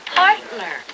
partner